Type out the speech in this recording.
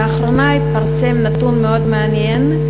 לאחרונה התפרסם נתון מאוד מעניין: